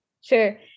Sure